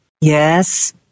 Yes